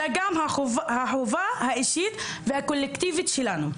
אלא גם החובה האישית והקולקטיבית שלנו.